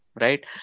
right